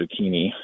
zucchini